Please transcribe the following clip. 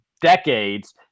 decades